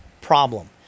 Problem